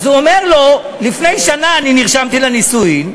הוא אומר לו: לפני שנה אני נרשמתי לנישואים,